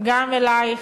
גם אלייך,